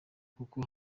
kuko